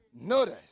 Notice